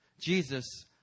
Jesus